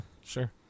sure